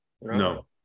no